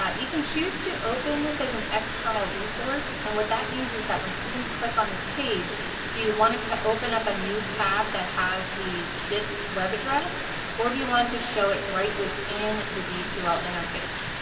you can choose to open this as an external resource, and what that means is that when students click on this page do you want it to open up a new tab that has the this web address or do you want to show it right within the d two l interface?